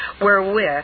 wherewith